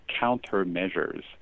countermeasures